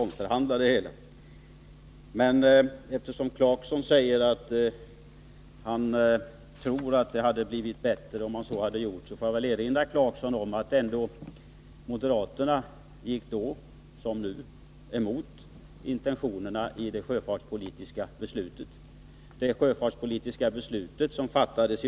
Men eftersom Rolf Clarkson tror det får jag erinra honom om att moderaterna i våras — liksom nu — gick emot intentionerna i det sjöfartspolitiska beslut som då fattades.